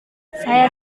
saya